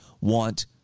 want